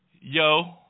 yo